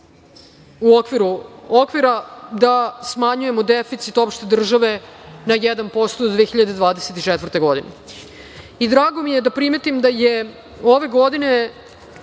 u okviru okvira da smanjujemo deficit opšte države na 1% do 2024. godine. Drago mi je da primetim da je ove godine